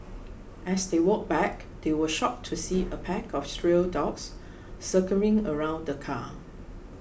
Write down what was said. as they walked back they were shocked to see a pack of stray dogs circling around the car